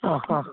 ആഹാ